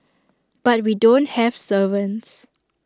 but we don't have servants